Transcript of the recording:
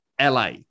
la